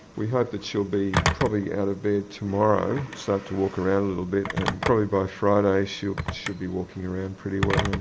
we hope that she'll be probably out of bed tomorrow, start to walk around a little bit, and probably by friday she'll she'll be walking around pretty i and